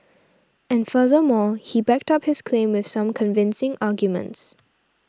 and furthermore he backed up his claim with some convincing arguments